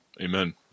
Amen